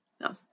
No